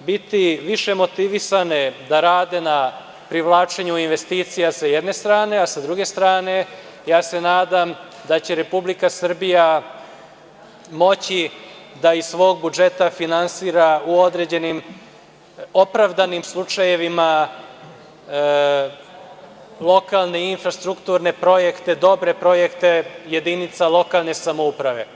biti više motivisane da rade na privlačenju investicija, s jedne strane, a sa druge strane, nadam se da će Republika Srbija moći da iz svog budžeta finansira u određenim opravdanim slučajevima lokalne infrastrukturne projekte, dobre projekte jedinica lokalne samouprave.